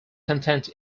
content